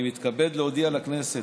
אני מתכבד להודיע לכנסת,